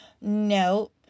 no